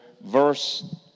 verse